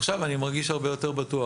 עכשיו אני מרגיש הרבה יותר בטוח.